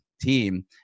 team